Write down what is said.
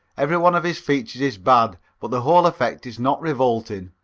every one of his features is bad, but the whole effect is not revolting.